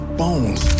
bones